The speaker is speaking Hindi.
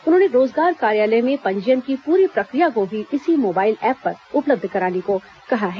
उन्होंने रोजगार कार्यालय में पंजीयन की पूरी प्रक्रिया को भी इसी मोबाइल एप पर उपलब्ध कराने कहा है